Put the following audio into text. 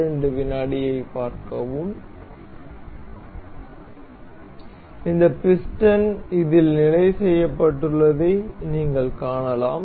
எனவே இந்த பிஸ்டன் இதில் நிலை செய்யப்பட்டுள்ளதை நீங்கள் காணலாம்